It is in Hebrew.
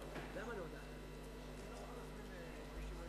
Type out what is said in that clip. אדוני היושב-ראש,